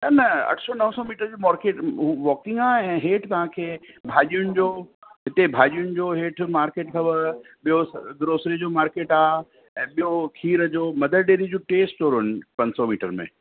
न न अठ सौ नव सौ मीटर जी मॉर्किट हू वॉकिंग आहे ऐं हेठि तव्हांखे भाॼियुनि जो हिते भाॼियुनि जो हेठि मार्केट अथव ॿियो ग्रोसरी जो मार्केट आहे ऐं ॿियो खीर जो मदर डेरी जो टे स्टोर आहिनि पंज सौ मीटर में